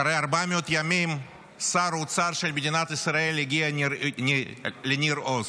אחרי 400 ימים שר האוצר של מדינת ישראל הגיע לניר עוז.